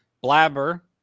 blabber